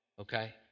okay